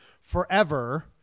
forever